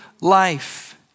life